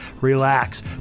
relax